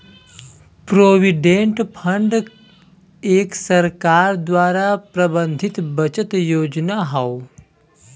provident fund एक सरकार द्वारा प्रबंधित बचत योजना हौ